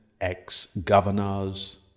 ex-governors